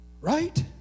Right